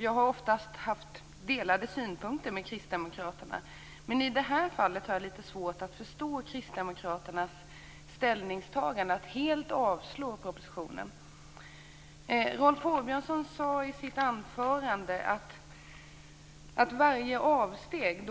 Jag har oftast delat kristdemokraternas synpunkter. Men i det här fallet har jag svårt att förstå kristdemokraternas ställningstagande att yrka helt avslag på propositionen. Rolf Åbjörnsson sade i sitt anförande att varje avsteg